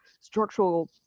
structural